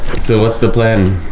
so what's the plan?